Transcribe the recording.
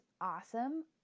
awesome